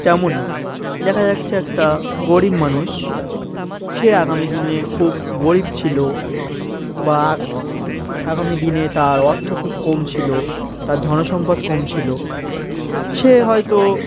তেমনই দেখা যাচ্ছে একটা গরিব মানুষ সে আগামী দিনে খুব গরিব ছিল বা আগামী দিনে তার অর্থ খুব কম ছিল তার ধনসম্পদ কম ছিল সে হয়তো